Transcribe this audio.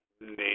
name